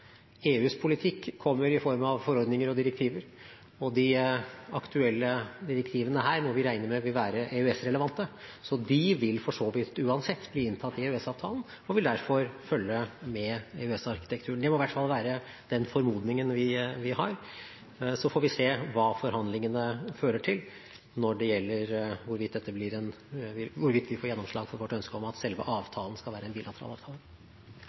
EUs politikk kommer i form av forordninger og direktiver, og de aktuelle direktivene her må vi regne med vil være EØS-relevante. De vil for så vidt uansett bli inntatt i EØS-avtalen og vil derfor følge med EØS-arkitekturen. Det må i hvert fall være den formodningen vi har. Så får vi se hva forhandlingene fører til når det gjelder hvorvidt vi får gjennomslag for vårt ønske om at selve avtalen skal være en bilateral avtale.